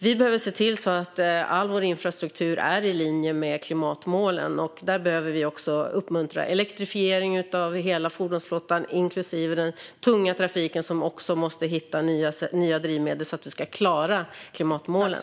Vi behöver se till så att all vår infrastruktur är i linje med klimatmålen, och vi behöver uppmuntra elektrifiering av hela fordonsflottan inklusive den tunga trafiken som också måste hitta nya drivmedel för att vi ska klara klimatmålen.